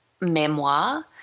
memoir